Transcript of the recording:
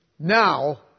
Now